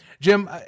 Jim